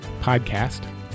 podcast